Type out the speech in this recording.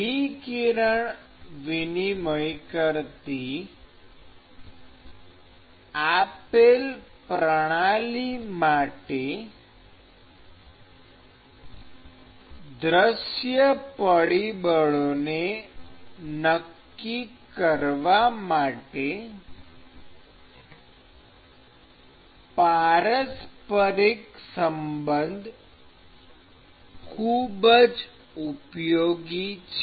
વિકિરણ વિનિમય કરતી આપેલ પ્રણાલી માટે દૃશ્ય પરિબળોને નક્કી કરવા માટે પારસ્પરિક સંબંધ ખૂબ જ ઉપયોગી છે